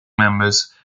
members